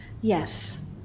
Yes